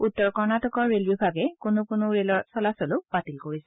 উত্তৰ কৰ্ণটিকত ৰেল বিভাগে কোনো কোনো ৰেলৰ চলাচল বাতিল কৰিছে